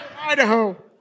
Idaho